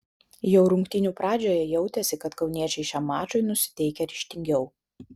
jau rungtynių pradžioje jautėsi kad kauniečiai šiam mačui nusiteikę ryžtingiau